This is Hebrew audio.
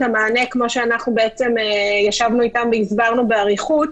המענה כמו שאנחנו ישבנו איתם והסברנו באריכות.